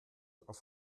auf